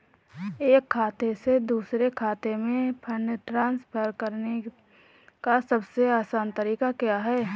एक खाते से दूसरे खाते में फंड ट्रांसफर करने का सबसे आसान तरीका क्या है?